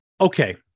Okay